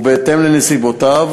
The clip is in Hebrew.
לפי נסיבותיו.